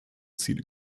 ziele